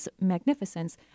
magnificence